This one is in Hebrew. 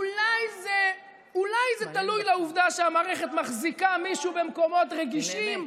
אולי זה תלוי לעובדה שהמערכת מחזיקה מישהו במקומות רגישים,